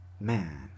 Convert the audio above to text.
man